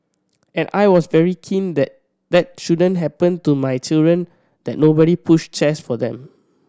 and I was very keen that that shouldn't happen to my children that nobody pushed chairs for them